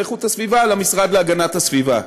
ואיכות הסביבה למשרד להגנת הסביבה.